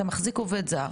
אתה מחזיק עובד זר,